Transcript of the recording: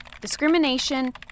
discrimination